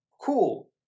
Cool